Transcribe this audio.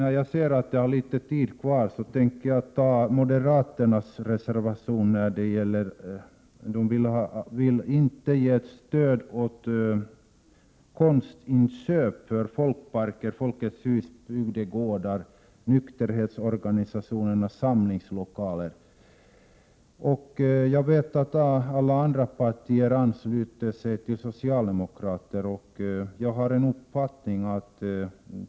Moderaterna föreslår i en reservation att man inte skall ge stöd till konstinköp för folkparker, Folkets hus, bygdegårdar och nykterhetsorganisationers samlingslokaler. Alla andra parter ansluter sig till socialdemokra ternas uppfattning.